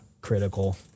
critical